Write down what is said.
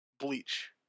Bleach